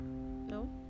no